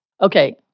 Okay